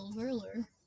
earlier